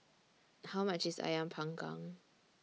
How much IS Ayam Panggang